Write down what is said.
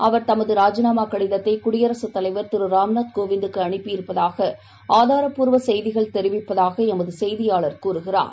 அவர் தனதுராஜினாமாகடிதத்தைகுடியரகத் தலைவர் திருராம்நாத் கோவிந்துக்குஅனுப்பியிருப்பதாகஆதாரப் பூர்வதெரிவிப்பதாகஎமதுசெய்தியாளர் கூறுகிறார்